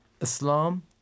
Islam